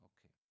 Okay